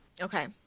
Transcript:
Okay